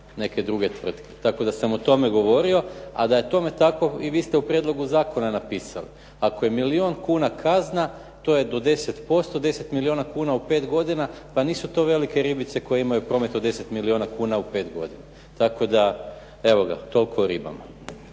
neke druge tvrtke, tako da sam o tome govorio, a da je tome tako i vi ste u prijedlogu zakona napisali. Ako je milijun kuna kazna, to je do 10%, 10 milijuna kuna u 5 godina, pa nisu to velike ribice koje imaju promet od 10 milijuna kuna u pet godina. Tako da, evo ga toliko o ribama.